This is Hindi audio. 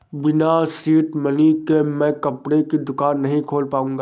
बिना सीड मनी के मैं कपड़े की दुकान नही खोल पाऊंगा